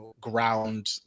ground